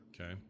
Okay